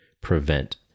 prevent